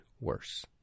worse